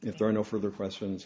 if there are no further questions